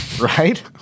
right